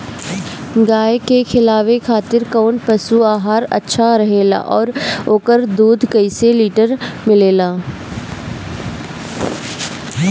गाय के खिलावे खातिर काउन पशु आहार अच्छा रहेला और ओकर दुध कइसे लीटर मिलेला?